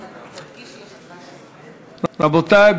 רבותי,